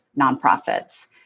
nonprofits